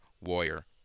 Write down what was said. warrior